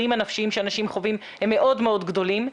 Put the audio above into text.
האישיים שאנשים חווים הם מאוד מאוד גדולים.